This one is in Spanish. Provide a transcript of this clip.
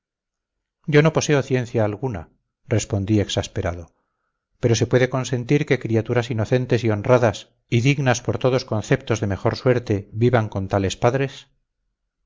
yo no poseo ciencia alguna respondí exasperado pero se puede consentir que criaturas inocentes y honradas y dignas por todos conceptos de mejor suerte vivan con tales padres